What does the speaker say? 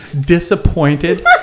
disappointed